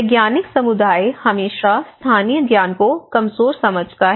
वैज्ञानिक समुदाय हमेशा स्थानीय ज्ञान को कमज़ोर समझता है